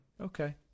okay